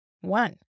one